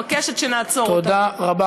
מבקשת, זה לא יהיה היום?